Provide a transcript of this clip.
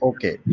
Okay